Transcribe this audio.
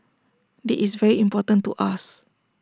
this is very important to us